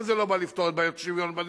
אבל זה לא בא לפתור את בעיות שוויון בנטל,